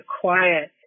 quiet